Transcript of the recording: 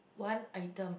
one item